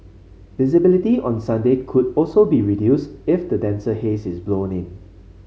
visibility on Sunday could also be reduced if the denser haze is blown in